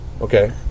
Okay